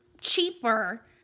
cheaper